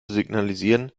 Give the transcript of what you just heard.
signalisieren